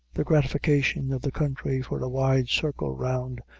the gratification of the country for a wide circle round,